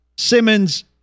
Simmons